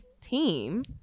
team